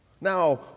Now